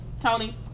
tony